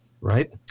right